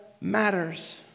matters